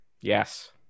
Yes